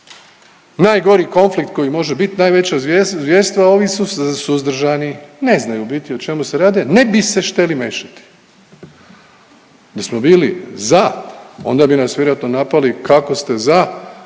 Najgori konflikt koji može bit, najveća zvjerstva ovi su suzdržani ne znaju u biti o čemu se radi, ne bi se šteli mešati. Da smo bili za onda bi nas vjerojatno napali kako ste za,